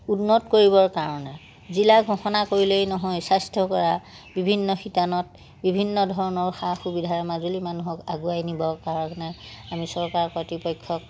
উন্নত কৰিবৰ কাৰণে জিলা ঘোষণা কৰিলেই নহয় স্বাস্থ্য কৰা বিভিন্ন শিতানত বিভিন্ন ধৰণৰ সা সুবিধাৰ মাজুলী মানুহক আগুৱাই নিবৰ কাৰণে আমি চৰকাৰৰ কৰ্তৃপক্ষক